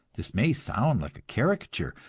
this may sound like a caricature,